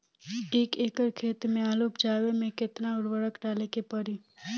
एक एकड़ खेत मे आलू उपजावे मे केतना उर्वरक डाले के पड़ी?